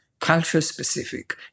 culture-specific